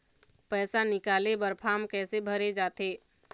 पैसा निकाले बर फार्म कैसे भरे जाथे?